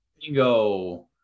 Bingo